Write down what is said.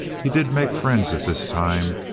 he did make friends at this time,